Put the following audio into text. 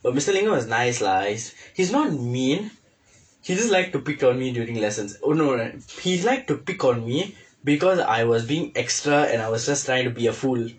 but mister lingam was nice lah he's he's not mean he just like to pick on me during lessons oh no no he like to pick on me because I was being extra and I was just trying to be a fool